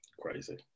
crazy